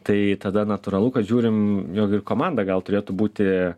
tai tada natūralu kad žiūrim jog ir komanda gal turėtų būti